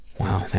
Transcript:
wow, that,